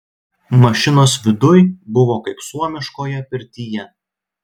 mašinos viduj buvo kaip suomiškoje pirtyje